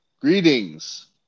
Greetings